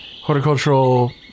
horticultural